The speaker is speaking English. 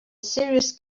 serious